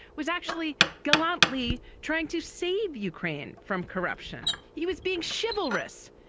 was actually gallantly trying to save ukraine from corruption. he was being chivalrous.